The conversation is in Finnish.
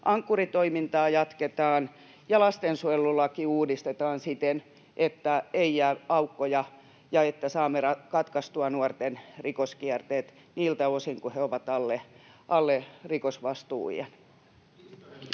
Ankkuri-toimintaa jatketaan ja lastensuojelulaki uudistetaan siten, että ei jää aukkoja ja että saamme katkaistua nuorten rikoskierteet niiltä osin kuin he ovat alle rikosvastuuiän.